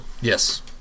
Yes